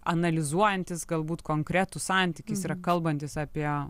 analizuojantys galbūt konkretus santykis yra kalbantis apie